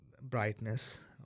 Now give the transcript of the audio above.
brightness